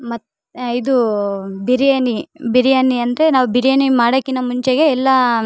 ಮತ್ತು ಇದೂ ಬಿರಿಯಾನಿ ಬಿರಿಯಾನಿ ಅಂದರೆ ನಾವು ಬಿರಿಯಾನಿ ಮಾಡೋಕಿನ್ನ ಮುಂಚೆಗೆ ಎಲ್ಲ